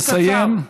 לסיים.